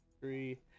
three